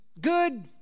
good